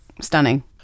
Stunning